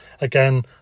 Again